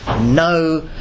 No